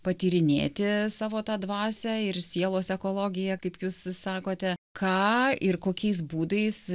patyrinėti savo tą dvasią ir sielos ekologiją kaip jūs sakote ką ir kokiais būdais